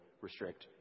restrict